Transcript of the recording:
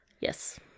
Yes